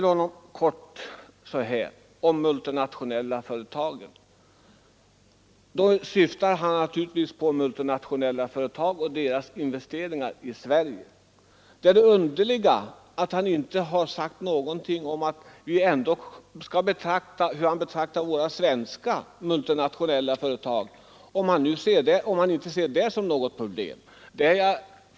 Herr Svensson syftar här naturligtvis på de multinationella företag som har gjort investeringar i Sverige. Det underliga är att han inte har sagt något om hur han betraktar våra svenska multinationella företag — om han inte ser dem som något problem.